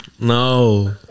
no